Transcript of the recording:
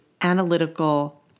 analytical